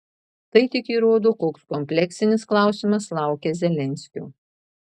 tai tik įrodo koks kompleksinis klausimas laukia zelenskio